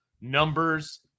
numbers